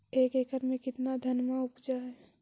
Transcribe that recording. एक एकड़ मे कितना धनमा उपजा हू?